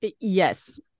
Yes